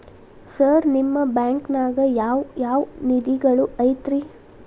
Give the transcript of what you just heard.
Sir ನಿಮ್ಮ ಬ್ಯಾಂಕನಾಗ ಯಾವ್ ಯಾವ ನಿಧಿಗಳು ಐತ್ರಿ?